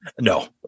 No